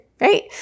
right